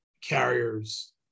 carriers